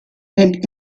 and